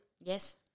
Yes